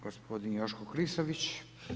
Gospodin Joško Klisović.